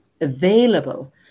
available